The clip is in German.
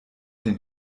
den